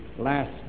last